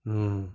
ம்